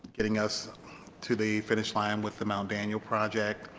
getting us to the finish line with the mt. daniel project